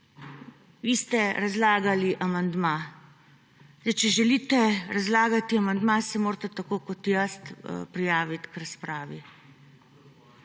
Vi ste razlagali amandma. Če želite razlagati amandma, se morate tako kot jaz prijaviti k razpravi.